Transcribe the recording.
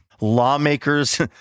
lawmakers